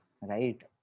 right